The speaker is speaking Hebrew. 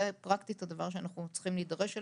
פרקטית הדבר שאנחנו צריכים להידרש אליו.